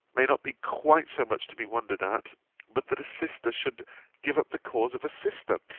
may not be quite so much to be wondered at but that a sister should give up the cause of a sister,